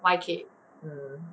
um